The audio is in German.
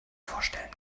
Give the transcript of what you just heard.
vorstellen